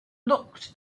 looked